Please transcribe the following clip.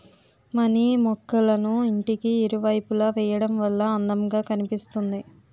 money మొక్కళ్ళను ఇంటికి ఇరువైపులా వేయడం వల్ల అందం గా కనిపిస్తుంది